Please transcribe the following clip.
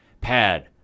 pad